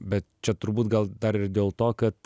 bet čia turbūt gal dar ir dėl to kad